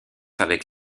avec